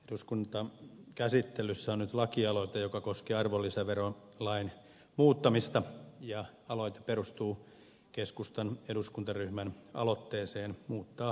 eduskuntakäsittelyssä on nyt lakialoite joka koskee arvonlisäverolain muuttamista ja aloite perustuu keskustan eduskuntaryhmän aloitteeseen muuttaa eräitä arvonlisäverokantoja